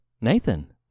Nathan